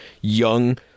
young